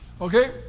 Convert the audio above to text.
Okay